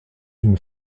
une